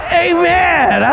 amen